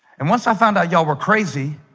and once i found out y'all were crazy